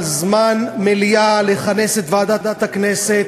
על-חשבון זמן המליאה לכנס את ועדת הכנסת